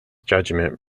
judgement